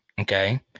Okay